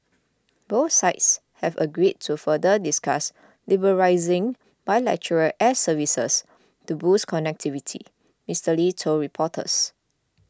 both sides have agreed to further discuss liberalising bilateral air services to boost connectivity Mister Lee told reporters